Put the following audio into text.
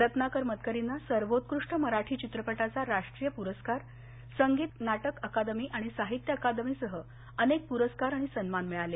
रत्नाकर मतकरींना सर्वोत्कृष्ट मराठी चित्रपटाचा राष्ट्रीय पुरस्कार संगीत नाटक अकादमी आणि साहित्य अकादमी सह अनेक प्रस्कार आणि सन्मान मिळाले